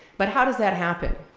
but how does that happen.